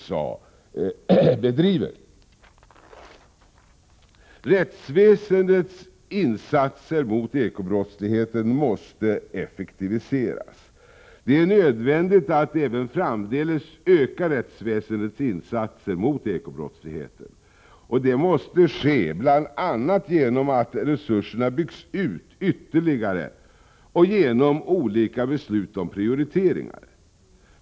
Rättsväsendets insatser mot eko-brottsligheten måste i stället effektiviseras. Det är nödvändigt att även framdeles öka rättsväsendets insatser mot den ekonomiska brottsligheten. Detta måste ske bl.a. genom att resurserna byggs ut ytterligare och genom olika beslut om prioriteringar.